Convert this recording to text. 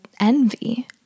envy